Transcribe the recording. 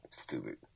stupid